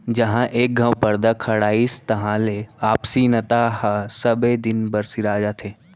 जहॉं एक घँव परदा खड़ाइस तहां ले आपसी नता ह सबे दिन बर सिरा जाथे